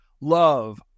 love